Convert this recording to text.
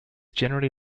generally